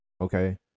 okay